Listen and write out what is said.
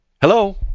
Hello